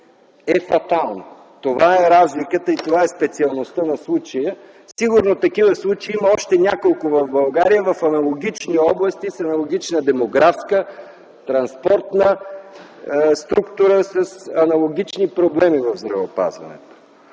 е фатална. Това е разликата и това е специалността на случая. Сигурно такива случаи има още няколко в България в области с аналогична демографска и транспортна структура, с аналогични проблеми в здравеопазването.